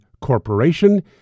Corporation